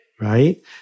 right